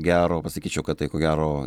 gero pasakyčiau kad tai ko gero